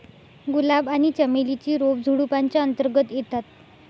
गुलाब आणि चमेली ची रोप झुडुपाच्या अंतर्गत येतात